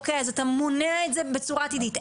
או-קיי אז אתה מונע את זה בצורה עתידית.